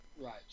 Right